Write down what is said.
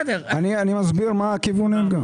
אני מסביר מה הכלים.